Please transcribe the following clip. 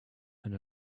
and